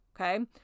okay